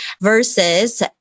Versus